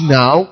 now